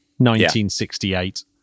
1968